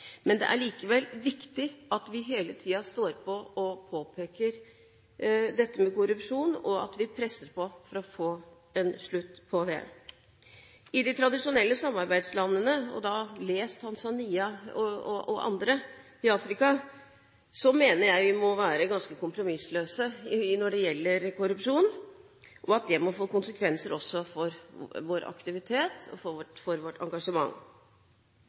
Men det er likevel viktig at vi hele tiden står på og påpeker dette med korrupsjon, og at vi presser på for å få en slutt på det. Overfor de tradisjonelle samarbeidslandene – les Tanzania og andre land i Afrika – mener jeg vi må være kompromissløse når det gjelder korrupsjon, og at det må få konsekvenser også for vår aktivitet og for vårt